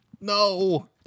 No